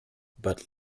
but